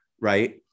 right